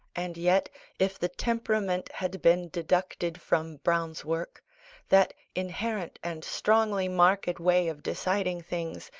and yet if the temperament had been deducted from browne's work that inherent and strongly marked way of deciding things,